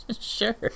sure